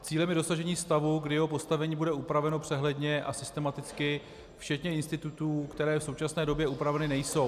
Cílem je dosažení stavu, kdy jeho postavení bude upraveno přehledně a systematicky, včetně institutů, které v současné době upraveny nejsou.